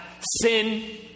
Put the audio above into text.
sin